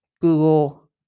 Google